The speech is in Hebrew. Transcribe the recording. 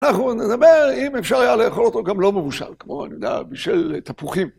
אנחנו נדבר אם אפשר היה לאכול אותו גם לא מבושל, כמו אני יודע, בישל תפוחים.